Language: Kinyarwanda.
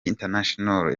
international